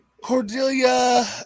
Cordelia